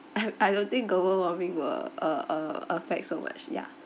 I I don't think global warming will uh uh affect so much ya